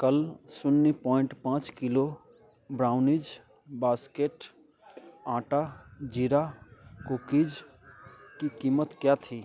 कल सून्य पॉइंट पाँच किलो ब्राउनीज बास्केट आटा जीरा कुकीज़ की कीमत क्या थी